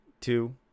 two